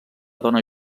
dona